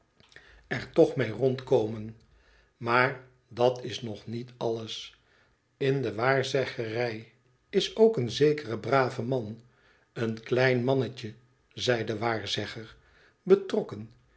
rondkomen maar dat is nog niet alles in de waarzeggerij is ook een zekere brave man een klein mannetje zei de waarzegger betrokken